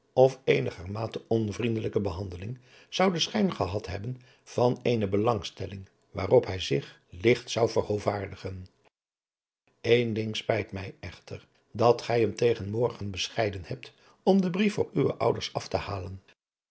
of eenigermate onvriendelijke behandeling zou den schijn gehad hebben van eene belangstelling waarop hij zich ligt zou verhoovaardigen eén ding spijt mij echter dat gij hem tegen morgen bescheiden hebt om dien brief voor uwe ouders af te halen